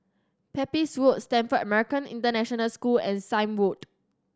Pepys Road Stamford American International School and Sime Road